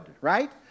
right